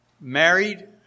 married